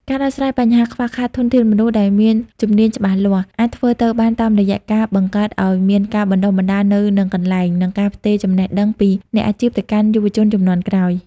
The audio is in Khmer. ការដោះស្រាយបញ្ហាខ្វះខាតធនធានមនុស្សដែលមានជំនាញច្បាស់លាស់ អាចធ្វើទៅបានតាមរយៈការបង្កើតឱ្យមានការបណ្ដុះបណ្ដាលនៅនឹងកន្លែង និងការផ្ទេរចំណេះដឹងពីអ្នកអាជីពទៅកាន់យុវជនជំនាន់ក្រោយ។